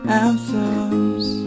anthems